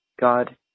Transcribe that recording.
God